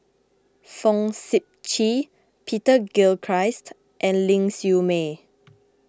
Fong Sip Chee Peter Gilchrist and Ling Siew May